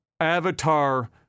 avatar